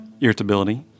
irritability